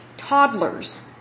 toddlers